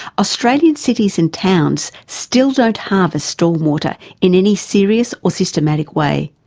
australian cities and towns still don't harvest stormwater in any serious or systematic way.